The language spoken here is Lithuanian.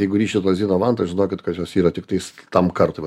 jeigu rišit lazdyno vantą žinokit kad jos yra tiktais tam kartui